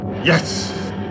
yes